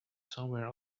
somewhere